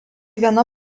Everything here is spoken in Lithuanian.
viena